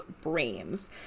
brains